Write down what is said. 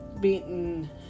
beaten